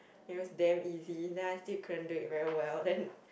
it was damn easy then I still couldn't do it very well then